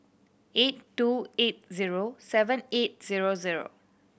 eight two eight zero seven eight zero zero